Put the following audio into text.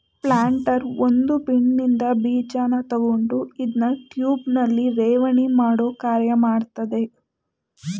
planter ಒಂದು ಬಿನ್ನಿನ್ದ ಬೀಜನ ತಕೊಂಡು ಅದ್ನ ಟ್ಯೂಬ್ನಲ್ಲಿ ಠೇವಣಿಮಾಡೋ ಕಾರ್ಯ ಮಾಡ್ತದೆ